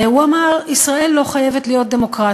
הוא אמר: ישראל לא חייבת להיות דמוקרטיה.